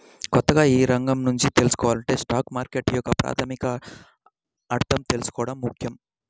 కొత్తగా ఈ రంగం గురించి తెల్సుకోవాలంటే స్టాక్ మార్కెట్ యొక్క ప్రాథమికాలను అర్థం చేసుకోవడం ముఖ్యం